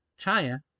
Chaya